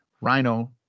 Rhino